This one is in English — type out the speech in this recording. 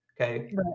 okay